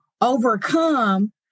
overcome